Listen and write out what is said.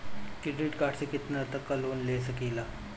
Credit card से कितना तक लोन ले सकईल?